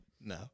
No